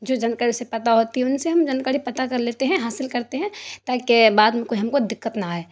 جو جانکاری اسے پتہ ہوتی ہے ان سے ہم جانکاری پتہ کر لیتے ہیں حاصل کرتے ہیں تاکہ بعد میں کوئی ہم کو دقت نہ آئے